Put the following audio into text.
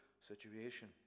situation